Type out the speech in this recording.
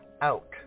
out